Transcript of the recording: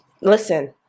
listen